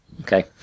Okay